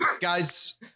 Guys